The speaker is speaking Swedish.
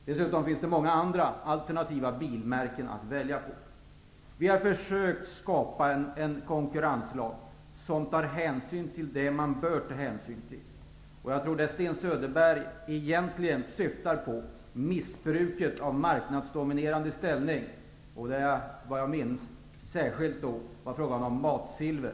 Dessutom finns det ju många andra bilmärken att välja på. Vi har försökt skapa en konkurrenslag som tar hänsyn till det man bör ta hänsyn till. Det som Sten Söderberg egentligen syftar på är missbruket av marknadsdominerande ställning, särskilt när det gäller marknaden för matsilver.